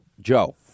Joe